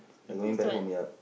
and going back home yup